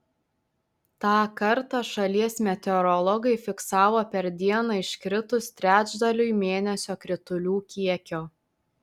tą kartą šalies meteorologai fiksavo per dieną iškritus trečdaliui mėnesio kritulių kiekio